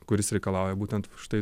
kuris reikalauja būtent štai